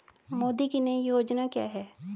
मोदी की नई योजना क्या है?